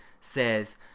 says